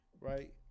right